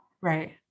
right